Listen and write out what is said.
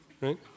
right